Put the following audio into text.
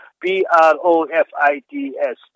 P-R-O-F-I-T-S